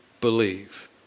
believe